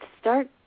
Start